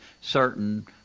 certain